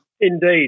Indeed